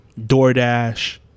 DoorDash